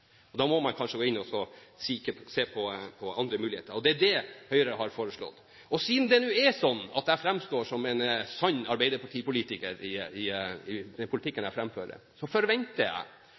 Da må man kanskje gå inn og se på andre muligheter – og det er det Høyre har foreslått. Siden det nå er sånn at jeg framstår som en sann arbeiderpartipolitiker gjennom den politikken jeg fremfører, forventer jeg